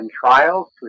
trials